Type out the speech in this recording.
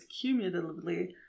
cumulatively